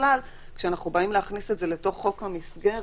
וכשאנחנו באים להכניס את זה לחוק המסגרת,